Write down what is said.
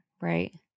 Right